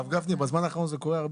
הרב גפני, למה התכוונת?